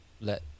let